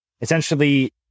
essentially